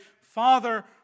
Father